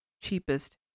cheapest